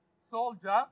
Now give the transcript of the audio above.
soldier